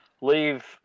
leave